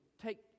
take